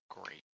great